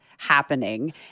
happening